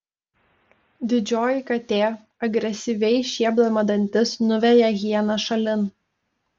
didžioji katė agresyviai šiepdama dantis nuveja hieną šalin